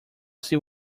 see